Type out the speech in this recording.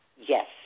Yes